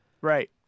right